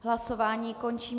Hlasování končím.